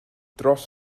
dros